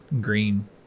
green